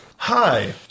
Hi